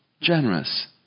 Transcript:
generous